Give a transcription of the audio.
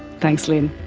thanks lynne.